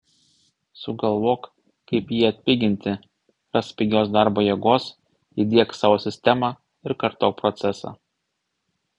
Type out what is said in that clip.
sugalvok kaip jį atpiginti rask pigios darbo jėgos įdiek savo sistemą ir kartok procesą